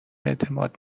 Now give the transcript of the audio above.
اعتماد